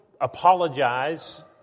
apologize